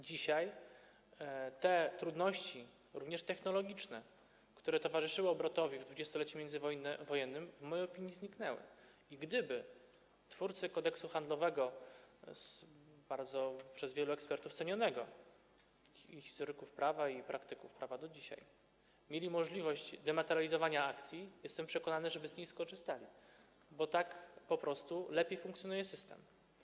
Dzisiaj te trudności, również technologiczne, które towarzyszyły obrotowi w dwudziestoleciu międzywojennym, w mojej opinii zniknęły i gdyby twórcy Kodeksu handlowego - bardzo cenionego przez wielu ekspertów, historyków prawa i praktyków prawa do dzisiaj - mieli możliwość dematerializowania akcji, jestem przekonany, że z niej by skorzystali, bo tak po prostu lepiej funkcjonuje system.